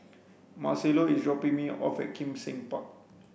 Marcelo is dropping me off at Kim Seng Park